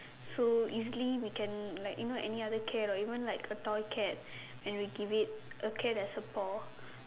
so easily we can like you know any other cat or even like a tall cat and we give it a cat has paw